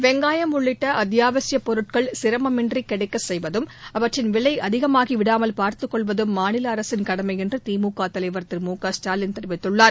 வெங்காயம் உள்ளிட்ட அத்தியாவசிய பொருட்கள் சிரமமின்றி கிடைக்க செய்வதும் அவற்றின் விலை அதிகமாகிவிடாமல் பார்த்துக் கொள்வதம் மாநில அரசின் கடமை என்று திழக தலைவர் திரு மு க ஸ்டாலின் தெரிவித்துள்ளார்